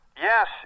Yes